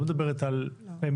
היא לא מדברת על מתקנים.